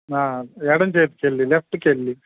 ఎడం చేతికి వెళ్లి లెప్ట్కు వెళ్ళి